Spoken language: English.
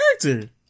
character